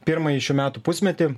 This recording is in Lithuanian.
pirmąjį šių metų pusmetį